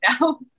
now